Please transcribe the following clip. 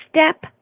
step